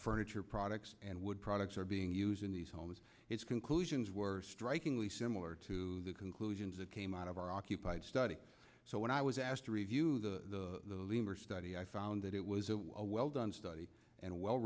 furniture products and wood products are being used in these homes its conclusions were strikingly similar to the conclusions that came out of our occupied study so when i was asked to review the lemur study i found that it was a well done study and well